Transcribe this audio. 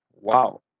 Wow